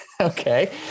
Okay